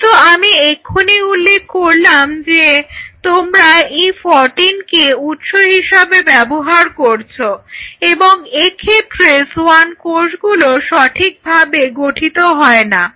কিন্তু আমি এক্ষুনি উল্লেখ করলাম যে তোমরা E14 কে উৎস হিসাবে ব্যবহার করছ এবং এক্ষেত্রে সোয়ান কোষগুলো সঠিক ভাবে গঠিত হয় না